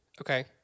Okay